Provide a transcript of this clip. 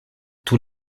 tous